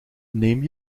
neem